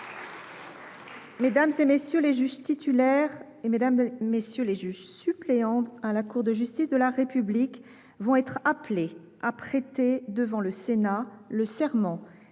Mmes et MM. les juges titulaires et Mmes et MM. les juges suppléants à la Cour de justice de la République vont être appelés à prêter, devant le Sénat, le serment